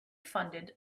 funded